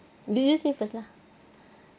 you you say first lah